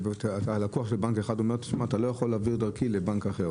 לקוח אחד אומר שאתה לא יכול לעבור דרכי לבנק אחר